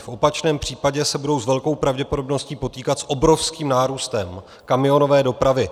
V opačném případě se budou s velkou pravděpodobností potýkat s obrovským nárůstem kamionové dopravy.